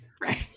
Right